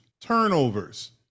turnovers